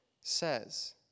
says